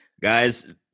guys